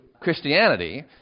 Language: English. Christianity